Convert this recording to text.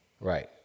Right